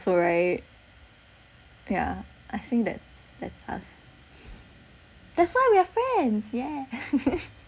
also right yeah I think that's that's us that's why we're friends yeah